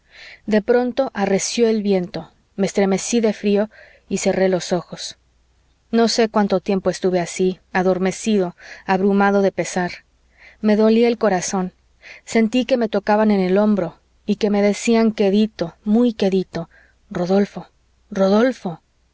de pronto arreció el viento me estremecí de frío y cerré los ojos no sé cuánto tiempo estuve así adormecido abrumado de pesar me dolía el corazón sentí que me tocaban en el hombro y que me decían quedito muy quedito rodolfo rodolfo